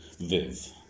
Viv